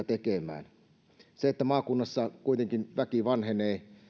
tekemään maakunnassa kuitenkin väki vanhenee